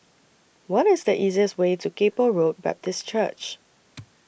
What IS The easiest Way to Kay Poh Road Baptist Church